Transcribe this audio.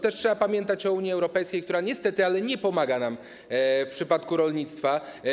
Trzeba też pamiętać o Unii Europejskiej, która niestety nie pomaga nam w przypadku rolnictwa.